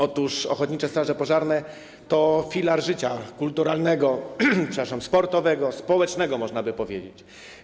Otóż ochotnicze straże pożarne to filar życia kulturalnego, sportowego, społecznego, można by powiedzieć.